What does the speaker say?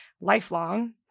lifelong